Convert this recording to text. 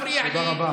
עבר הזמן.